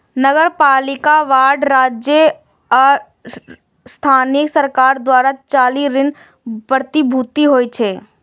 नगरपालिका बांड राज्य आ स्थानीय सरकार द्वारा जारी ऋण प्रतिभूति होइ छै